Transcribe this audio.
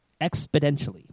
exponentially